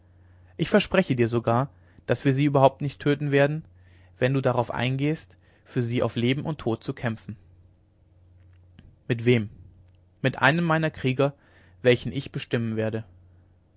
ich verspreche dir sogar daß wir sie überhaupt nicht töten werden wenn du darauf eingehst für sie auf leben und tod zu kämpfen mit wem mit einem meiner krieger welchen ich bestimmen werde